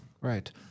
Right